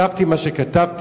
כתבתי מה שכתבתי,